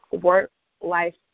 work-life